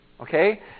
Okay